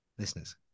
Listeners